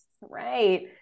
Right